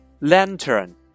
lantern